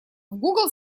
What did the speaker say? google